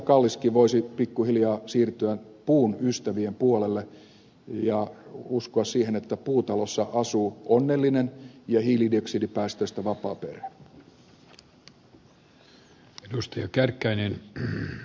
kalliskin voisi pikkuhiljaa siirtyä puun ystävien puolelle ja uskoa siihen että puutalossa asuu onnellinen ja hiilidioksidipäästöistä vapaa perhe